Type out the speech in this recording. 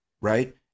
right